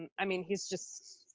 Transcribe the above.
and i mean, he's just.